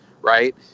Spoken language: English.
right